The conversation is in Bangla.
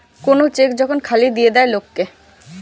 কোন চেক যখন খালি দিয়ে দেয় লোক কে